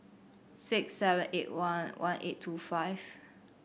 six seven eight one one eight two five